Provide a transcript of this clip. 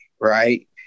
right